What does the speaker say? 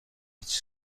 هیچ